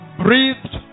breathed